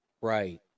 Right